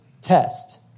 test